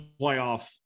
playoff